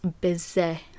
busy